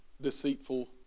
deceitful